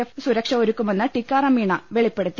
F സുരക്ഷ ഒരുക്കുമെന്ന് ടിക്കാറാം മീണ വെളിപ്പെടുത്തി